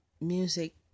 music